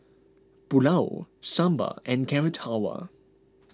Pulao Sambar and Carrot Halwa